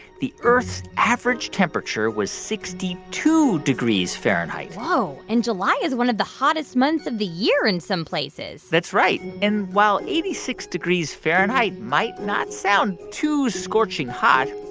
the earth's average temperature was sixty two degrees fahrenheit whoa, and july is one of the hottest months of the year in some places that's right. and while eighty six degrees fahrenheit might not sound too scorching hot,